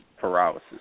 paralysis